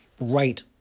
right